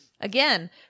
again